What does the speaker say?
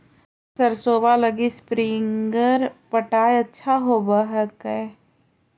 सरसोबा लगी स्प्रिंगर पटाय अच्छा होबै हकैय?